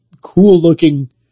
cool-looking